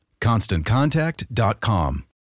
ConstantContact.com